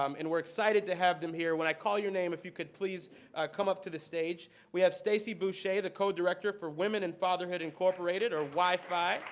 um and we're excited to have them here. when i call your name, if you could please come to the stage. we have stacey bouchet, the codirector for women in fatherhood incorporated or wifi.